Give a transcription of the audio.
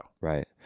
Right